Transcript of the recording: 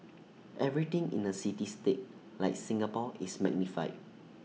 everything in A city state like Singapore is magnified